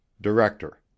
Director